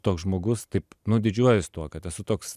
toks žmogus taip nu didžiuojuosi tuo kad esu toks